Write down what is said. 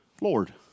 Lord